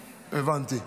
הבנתי.